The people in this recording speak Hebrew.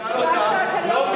נא לשבת, גברתי, נא לשבת.